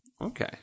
Okay